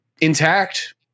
intact